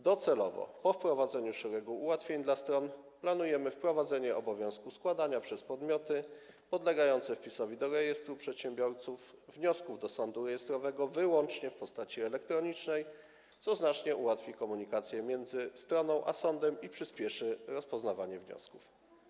Docelowo po wprowadzeniu szeregu ułatwień dla stron planujemy wprowadzenie obowiązku składania przez podmioty podlegające wpisowi do rejestru przedsiębiorców wniosków do sądu rejestrowego wyłącznie w postaci elektronicznej, co znacznie ułatwi komunikację między stroną a sądem i przyspieszy rozpoznawanie wniosków.